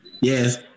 Yes